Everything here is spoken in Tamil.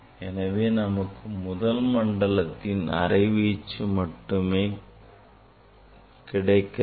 எனவே நமக்கு முதல் மண்டலத்தின் அரை வீச்சு மட்டுமே கிடைக்கிறது